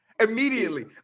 immediately